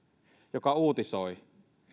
joka uutisoi